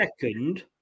second